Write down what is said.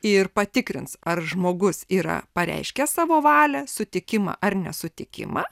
ir patikrins ar žmogus yra pareiškęs savo valią sutikimą ar nesutikimą